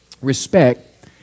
respect